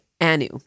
Anu